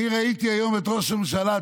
אני ראיתי היום את ראש הממשלה,